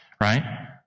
right